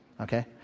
Okay